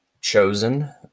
chosen